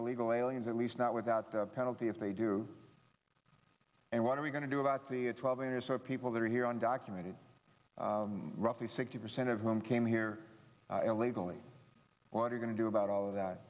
illegal aliens at least not without penalty if they do and what are we going to do about the twelve inch or so people that are here undocumented roughly sixty percent of them came here illegally what are going to do about all of that